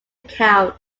account